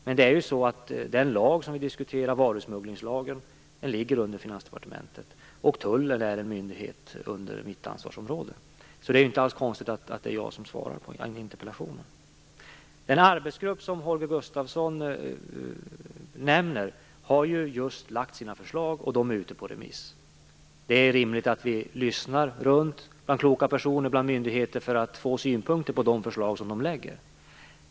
Men det är ju så att den lag vi diskuterar, varusmugglingslagen, ligger under Finansdepartementet, och att tullen är en myndighet under mitt ansvarsområde. Det är alltså inte alls konstigt att det är jag som svarar på denna interpellation. Den arbetsgrupp som Holger Gustafsson nämner har ju just lagt fram sina förslag, och dessa är ute på remiss. Det är rimligt att vi lyssnar runt bland kloka personer och myndigheter för att få synpunkter på de förslag som läggs fram.